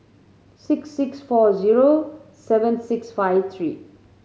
six six four zero seven six five three